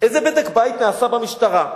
איזה בדק-בית נעשה במשטרה?